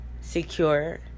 secure